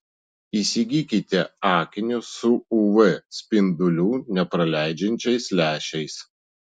įsigykite akinius su uv spindulių nepraleidžiančiais lęšiais